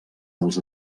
dels